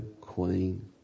queen